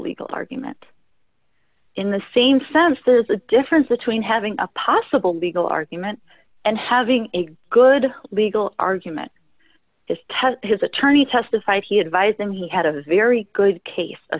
legal argument in the same sense there's a difference between having a possible legal argument and having a good legal argument is ted his attorney testified he advised him he had a very good case a